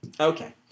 okay